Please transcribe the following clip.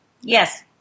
Yes